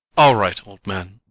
all right, old man.